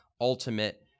ultimate